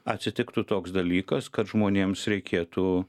atsitiktų toks dalykas kad žmonėms reikėtų